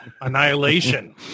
Annihilation